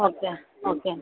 okay okay